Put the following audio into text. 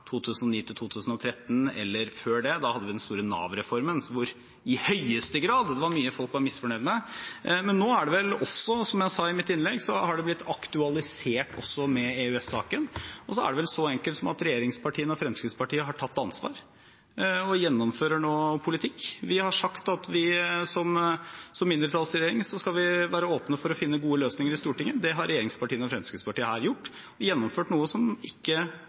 2009 til 2013, eller før det, da vi hadde den store Nav-reformen, hvor det i høyeste grad var mye folk var misfornøyd med. Men nå har det vel også, som jeg sa i mitt innlegg, blitt aktualisert med EØS-saken. Og så er det vel så enkelt som at regjeringspartiene og Fremskrittspartiet har tatt ansvar og nå gjennomfører politikk. Vi har sagt at vi som mindretallsregjering skal være åpne for å finne gode løsninger i Stortinget. Det har regjeringspartiene og Fremskrittspartiet her gjort og gjennomført noe som ikke